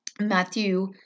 Matthew